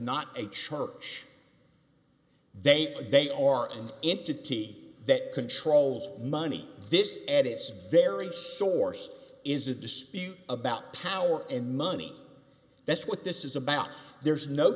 not a church they they are an entity that controls money this ad is very source is a dispute about power and money that's what this is about there's no